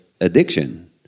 addiction